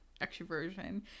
extroversion